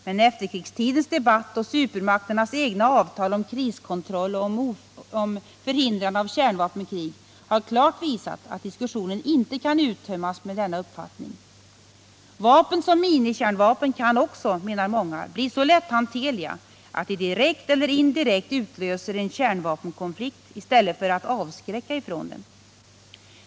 Men efterkrigstidens debatt och supermakternas egna avtal om kriskontroll och om förhindrande av kärnvapenkrig har klart visat att diskussionen inte kan uttömmas med denna uppfattning. Vapen som minikärnvapen kan också, menar många, bli så lätthanterliga att de direkt eller indirekt utlöser en kärnvapenkonflikt i stället för att avskräcka ifrån den.